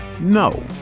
No